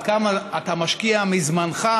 עד כמה אתה משקיע מזמנך,